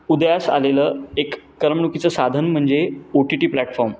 उदयास आलेलं एक करमणुकीचं साधन म्हणजे ओ टी टी प्लॅटफॉर्म